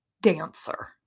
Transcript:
dancer